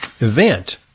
event